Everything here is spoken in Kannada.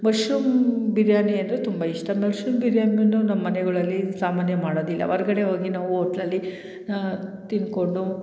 ಮಶ್ರೂಮ್ ಬಿರಿಯಾನಿ ಅಂದರೆ ತುಂಬ ಇಷ್ಟ ಮಶ್ರೂಮ್ ಬಿರಿಯಾನಿಯೂ ನಮ್ಮ ಮನೆಗಳಲ್ಲಿ ಸಾಮಾನ್ಯ ಮಾಡೋದಿಲ್ಲ ಹೊರ್ಗಡೆ ಹೋಗಿ ನಾವು ಓಟ್ಲಲ್ಲಿ ತಿಂದ್ಕೊಂಡು